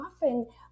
often